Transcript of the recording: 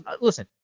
listen